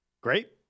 Great